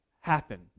happen